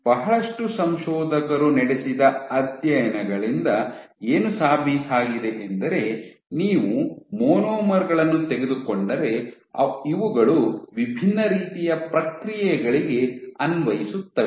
ಬಹಳಷ್ಟು ಸಂಶೋಧಕರು ನಡೆಸಿದ ಅಧ್ಯಯನಗಳಿಂದ ಏನು ಸಾಬೀತಾಗಿದೆ ಎಂದರೆ ನೀವು ಮೊನೊಮರ್ ಗಳನ್ನು ತೆಗೆದುಕೊಂಡರೆ ಮತ್ತು ಇವುಗಳು ವಿಭಿನ್ನ ರೀತಿಯ ಪ್ರಕ್ರಿಯೆಗಳಿಗೆ ಅನ್ವಯಿಸುತ್ತವೆ